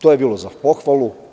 To je bilo za pohvalu.